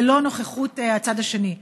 ללא נוכחות הצד השני,